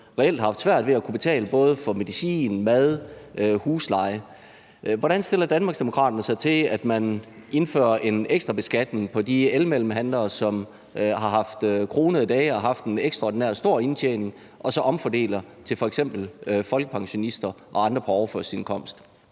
som reelt har haft svært ved at kunne betale for både medicin, mad og husleje. Hvordan stiller Danmarksdemokraterne sig til, at man indfører en ekstra beskatning på de elmellemhandlere, som har haft kronede dage og haft en ekstraordinært stor indtjening, og så omfordeler til f.eks. folkepensionister og andre på overførselsindkomst?